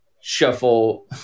shuffle